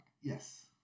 Yes